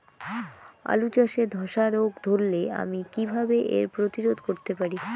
আলু চাষে ধসা রোগ ধরলে আমি কীভাবে এর প্রতিরোধ করতে পারি?